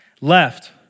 left